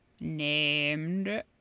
named